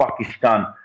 Pakistan